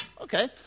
Okay